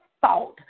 thought